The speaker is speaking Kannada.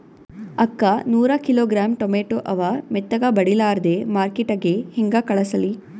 ಅಕ್ಕಾ ನೂರ ಕಿಲೋಗ್ರಾಂ ಟೊಮೇಟೊ ಅವ, ಮೆತ್ತಗಬಡಿಲಾರ್ದೆ ಮಾರ್ಕಿಟಗೆ ಹೆಂಗ ಕಳಸಲಿ?